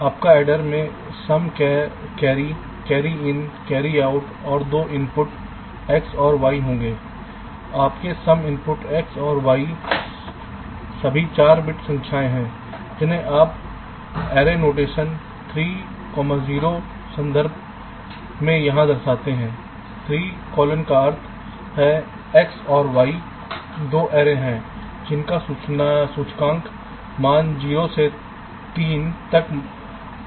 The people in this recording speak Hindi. आपकी एडर में sum carry carry in carry out और 2 इनपुट X और Y होगा आपके सम इनपुट X और Y सभी 4 बिट संख्याएं हैं जिन्हें आप array notation 3 0 संदर्भ में यहां दर्शाते हैं 3 कोलोन का अर्थ है एक्स और वाई 2 एरे हैं जिनके सूचकांक मान 0 से 3 तक जा सकते हैं